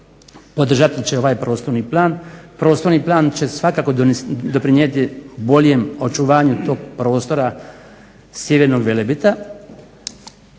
podržati će ovaj prostorni plan, Prostorni plan će svakako doprinijeti boljem očuvanju tog prostora sjevernog Velebita,